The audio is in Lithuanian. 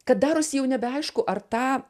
kad daros jau nebeaišku ar tą